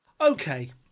Okay